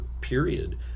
period